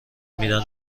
میدن